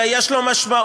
אלא יש לו משמעות,